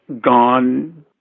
gone